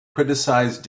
criticized